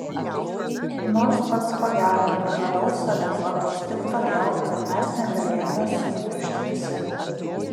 nors pats ko gero nepraradau savitvardos tik todėl kad mes negalėjome sugniužti visi